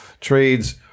trades